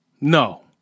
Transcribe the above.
No